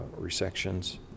resections